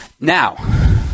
Now